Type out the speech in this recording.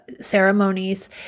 ceremonies